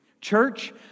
Church